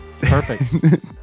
Perfect